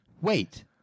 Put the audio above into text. wait